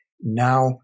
Now